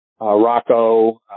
Rocco